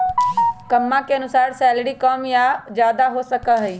कम्मा के अनुसार सैलरी कम या ज्यादा हो सका हई